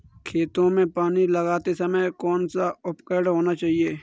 खेतों में पानी लगाते समय कौन सा उपकरण होना चाहिए?